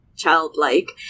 childlike